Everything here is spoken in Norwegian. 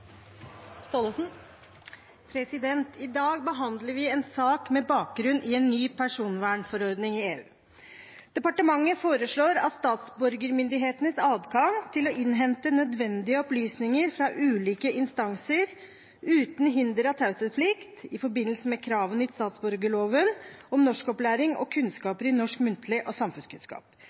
I dag behandler vi en sak med bakgrunn i en ny personvernforordning i EU. Departementet foreslår statsborgermyndighetenes adgang til å innhente nødvendige opplysninger fra ulike instanser, uten hinder av taushetsplikt, i forbindelse med kravene i statsborgerloven om norskopplæring og kunnskaper i norsk muntlig og samfunnskunnskap.